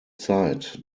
zeit